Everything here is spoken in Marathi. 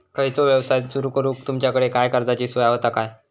खयचो यवसाय सुरू करूक तुमच्याकडे काय कर्जाची सोय होता काय?